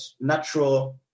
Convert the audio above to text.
natural